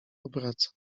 obraca